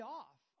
off